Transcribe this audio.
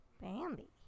Bambi